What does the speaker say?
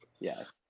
Yes